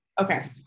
Okay